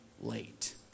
late